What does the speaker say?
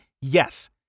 Yes